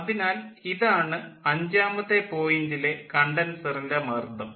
അതിനാൽ ഇതാണ് അഞ്ചാമത്തെ പോയിൻ്റിലെ കണ്ടൻസറിൻ്റെ മർദ്ദം